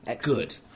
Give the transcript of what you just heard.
good